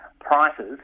prices